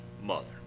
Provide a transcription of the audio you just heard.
mother